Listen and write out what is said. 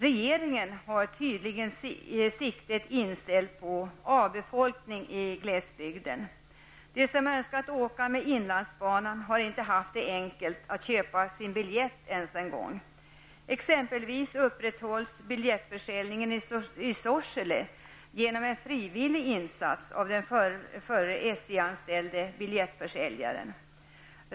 Regeringen har tydligen siktet inställt på avfolkning i glesbygden. De som önskat åka med inlandsbanan har inte haft det enkelt att ens köpa sin biljett. Biljettförsäljningen upprätthålls exempelvis i Sorsele genom frivillig insats av den förre SJ-anställde biljettförsäljaren.